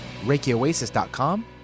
ReikiOasis.com